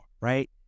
right